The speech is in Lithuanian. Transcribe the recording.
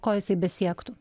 ko jisai besiektų